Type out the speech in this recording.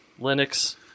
Linux